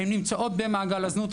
הן נמצאות במעגל הזנות,